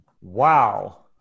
Wow